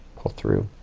pull through.